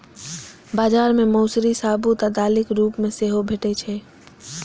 बाजार मे मौसरी साबूत आ दालिक रूप मे सेहो भैटे छै